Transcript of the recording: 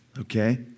okay